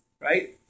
right